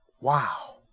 wow